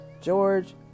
George